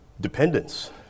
dependence